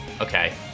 Okay